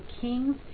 Kings